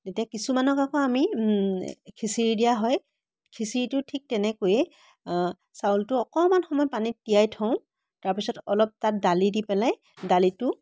এতিয়া কিছুমানক আকৌ আমি খিচিৰি দিয়া হয় খিচিৰিটো ঠিক তেনেকৈয়ে চাউলটো অকণমান সময় পানীত তিয়াই থওঁ তাৰ পিছত অলপ তাত দালি দি পেলাই দালিটো